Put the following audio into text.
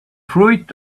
fruit